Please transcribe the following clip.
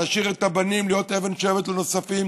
להשאיר את הבנים ולהיות אבן שואבת לנוספים.